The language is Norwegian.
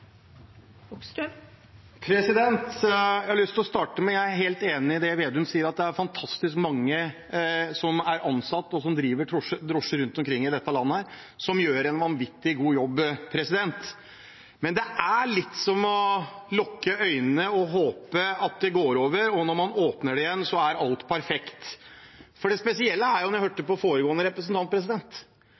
sentrum. Jeg har lyst til å starte med å si at jeg er helt enig i det representanten Slagsvold Vedum sier om at det er fantastisk mange som er ansatt, og som driver drosje rundt omkring i dette landet, som gjør en vanvittig god jobb. Men dette er litt som å lukke øynene, håpe at det går over, og at når man åpner dem igjen, så er alt perfekt. Det er spesielt å høre fra foregående representant